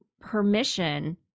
permission